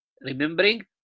remembering